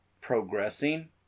progressing